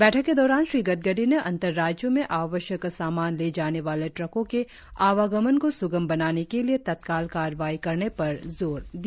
बैठक के दौरान श्री गड़करी ने अंतर राज्यों में आवश्यक सामान ले जाने वाले ट्रकों की आवाजाही में अवरोधों को हटाने के लिए तत्काल कार्रवाई करने पर जोर दिया